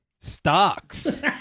Stocks